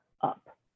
up